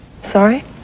Sorry